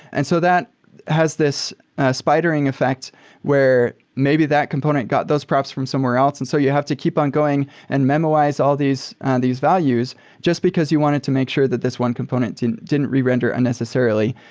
and so that has this spidering effect where maybe that component got those profs from somewhere else and so you have to keep on going and memoize all these and these values just because you wanted to make sure that this one component didn't didn't re-render unnecessarily.